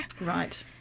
Right